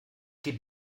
die